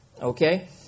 Okay